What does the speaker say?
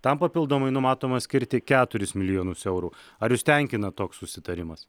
tam papildomai numatoma skirti keturis milijonus eurų ar jus tenkina toks susitarimas